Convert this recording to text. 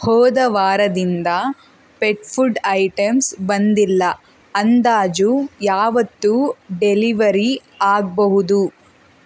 ಹೋದ ವಾರದಿಂದ pet food items ಬಂದಿಲ್ಲ ಅಂದಾಜು ಯಾವತ್ತು ಡೆಲಿವರಿ ಆಗ್ಬಹುದು